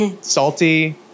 salty